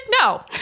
No